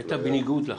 שהייתה בניגוד לחוק.